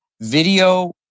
video